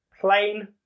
Plain